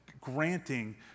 granting